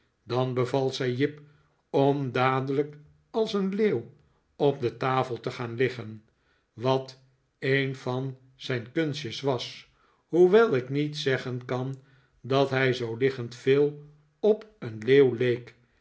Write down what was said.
dan beval zij jip om dadelijk als een leeuw op de tafel te gaan liggen wat een van zijn kunstjes was hoewel ik niet zeggen kan dat hij zoo liggend veel op een leeuw leek